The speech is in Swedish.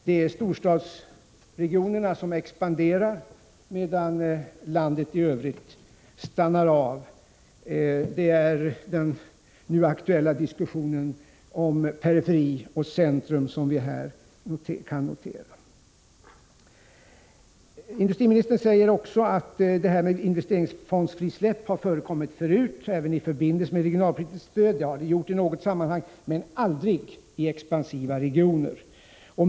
Det är storstadsregionerna som expanderar, medan landet i övrigt stannar av. Det är den nu aktuella diskussionen om periferi och centrum som vi här kan notera. Industriministern säger också att investeringsfondsfrisläpp har förekommit förut även i förbindelse med regionalpolitiskt stöd. Ja, det har det gjort i något sammanhang men aldrig i expansiva regioner.